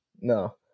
No